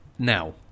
Now